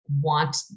want